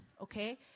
okay